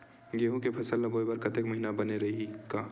गेहूं के फसल ल बोय बर कातिक महिना बने रहि का?